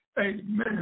Amen